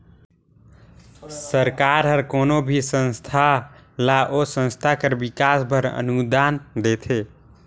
सरकार हर कोनो भी संस्था ल ओ संस्था कर बिकास बर अनुदान देथे